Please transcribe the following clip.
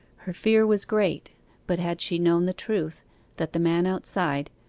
her fear was great but had she known the truth that the man outside,